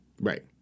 Right